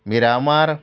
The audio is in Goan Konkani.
मिरामार